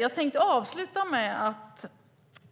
Låt mig avsluta med några rader ur Reggio Emilia-dikten